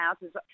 houses